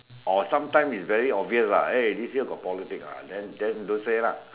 or sometime it's very obvious lah eh this year got politics ah then don't say lah